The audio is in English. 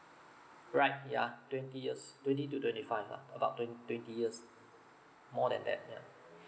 right yeah twenty years twenty to twenty five ah about twen~ twenty years more than that yeah